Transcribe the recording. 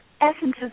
essences